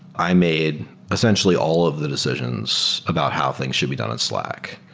i made essentially all of the decisions about how things should be done at slack.